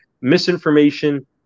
misinformation